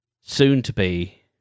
soon-to-be